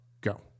Go